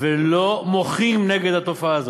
ולא מוחים נגד התופעה הזאת.